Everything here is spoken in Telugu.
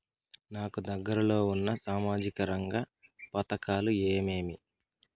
నాకు దగ్గర లో ఉన్న సామాజిక రంగ పథకాలు ఏమేమీ?